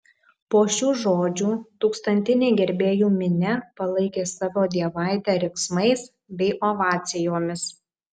po šių žodžių tūkstantinė gerbėjų minia palaikė savo dievaitę riksmais bei ovacijomis